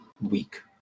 week